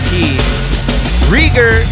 Rieger